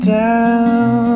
down